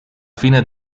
fine